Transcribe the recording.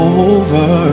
over